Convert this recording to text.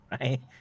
right